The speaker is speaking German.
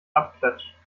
abklatsch